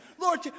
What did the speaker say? Lord